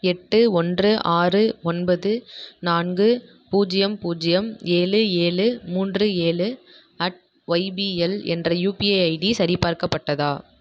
எட்டு ஒன்று ஆறு ஒன்பது நான்கு பூஜ்யம் பூஜ்யம் ஏழு ஏழு மூன்று ஏழு அட் ஒய்பிஎல் என்ற யுபிஐ ஐடி சரிபார்க்கப்பட்டதா